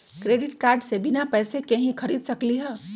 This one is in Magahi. क्रेडिट कार्ड से बिना पैसे के ही खरीद सकली ह?